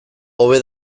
hobe